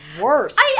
worst